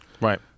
Right